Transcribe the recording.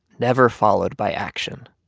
never followed by action.